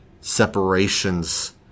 separations